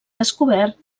descobert